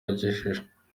bagejeje